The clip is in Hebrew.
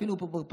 אפילו פה בפרסה,